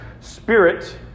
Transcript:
Spirit